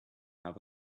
have